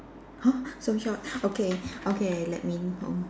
!huh! so short okay okay let me